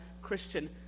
Christian